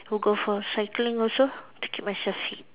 to go for cycling also to keep myself fit